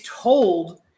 told